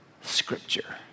scripture